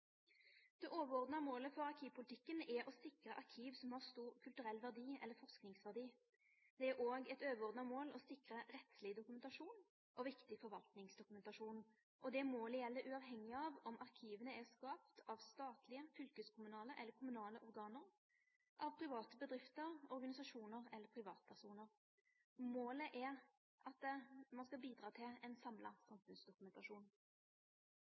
Det overordna målet for arkivpolitikken er å sikre arkiv som har stor kulturell verdi eller forskingsverdi. Det er òg eit overordna mål å sikre rettsleg dokumentasjon og viktig forvaltningsdokumentasjon. Det målet gjeld uavhengig av om arkiva er skapte av statlege, fylkeskommunale eller kommunale organ, av private bedrifter, organisasjonar eller privatpersonar. Målet er at ein skal bidra til ein samla samfunnsdokumentasjon.